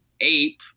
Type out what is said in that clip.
ape